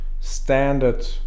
standard